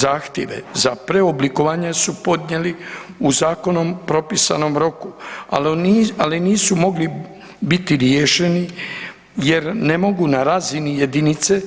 Zahtjeve za preoblikovanje su podnijeli u zakonom propisanom roku ali nisu mogli biti riješeni jer ne mogu na razini jedinice